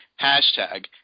hashtag